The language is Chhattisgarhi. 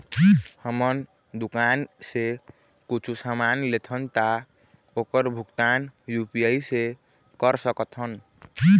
हमन दुकान से कुछू समान लेथन ता ओकर भुगतान यू.पी.आई से कर सकथन?